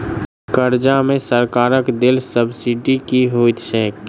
कर्जा मे सरकारक देल सब्सिडी की होइत छैक?